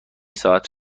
ساعت